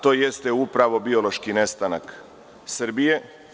To je upravo biološki nestanak Srbije.